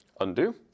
Undo